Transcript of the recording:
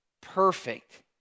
perfect